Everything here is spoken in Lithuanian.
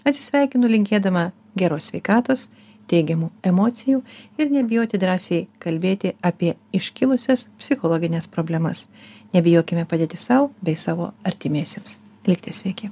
atsisveikinu linkėdama geros sveikatos teigiamų emocijų ir nebijoti drąsiai kalbėti apie iškilusias psichologines problemas nebijokime padėti sau bei savo artimiesiems likite sveiki